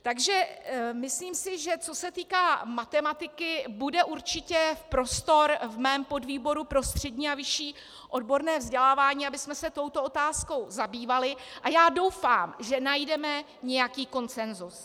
Takže myslím, že co se týká matematiky, bude určitě prostor v mém podvýboru pro střední a vyšší odborné vzdělávání, abychom se touto otázkou zabývali, a já doufám, že najdeme nějaký konsenzus.